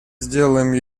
сделаем